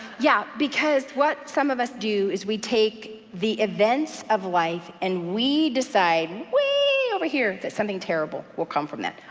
yeah, because what some of us do is we take the events of life and we decide way over here that something terrible will come from that.